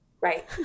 Right